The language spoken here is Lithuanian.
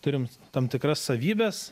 turim tam tikras savybes